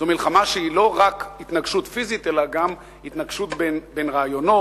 זו מלחמה שהיא לא רק התנגשות פיזית אלא גם התנגשות בין רעיונות,